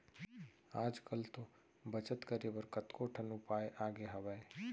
आज कल तो बचत करे बर कतको ठन उपाय आगे हावय